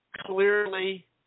clearly